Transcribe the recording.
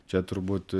čia turbūt